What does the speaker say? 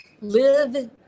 live